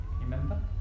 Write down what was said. Remember